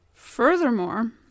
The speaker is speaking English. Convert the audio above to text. Furthermore